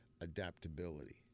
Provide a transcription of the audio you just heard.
adaptability